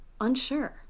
Unsure